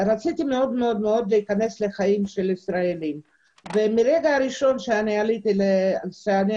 רציתי מאוד מאוד להיכנס לחיים של ישראלים ומהרגע הראשון שעליתי ארצה,